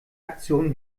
aktion